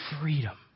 freedom